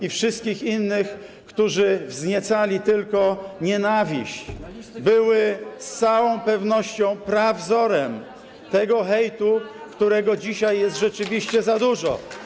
i wszystkich innych, którzy wzniecali tylko nienawiść, były z pewnością prawzorem tego hejtu, którego dzisiaj jest rzeczywiście za dużo.